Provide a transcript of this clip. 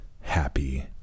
happy